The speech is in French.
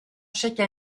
chaque